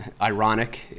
ironic